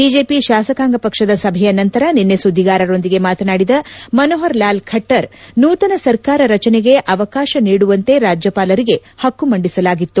BJP ತಾಸಕಾಂಗ ಪಕ್ಷದ ಸಭೆಯ ನಂತರ ನಿನ್ನೆ ಸುದ್ದಿಗಾರರೊಂದಿಗೆ ಮಾತನಾಡಿದ ಮನೋಪರ್ ಲಾಲ್ ಖಟ್ವರ್ ನೂತನ ಸರ್ಕಾರ ರಚನೆಗೆ ಅವಕಾಸ ನೀಡುವಂತೆ ರಾಜ್ಜವಾಲರಿಗೆ ಪಕ್ಷು ಮಂಡಿಸಲಾಗಿತ್ತು